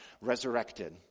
resurrected